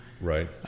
Right